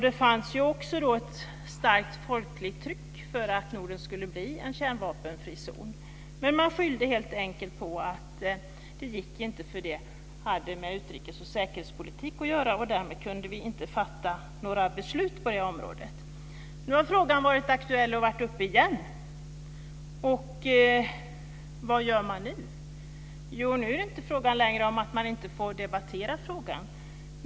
Det fanns också ett starkt folkligt tryck för att Norden skulle bli en kärnvapenfri zon. Men man skyllde helt enkelt på att det inte gick, eftersom det hade med utrikes och säkerhetspolitik att göra. Därmed kunde vi inte fatta några beslut på det området. Nu har frågan varit uppe igen. Vad gör man nu? Nu är det inte längre så att man inte får debattera frågan.